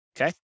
Okay